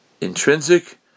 intrinsic